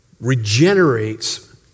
regenerates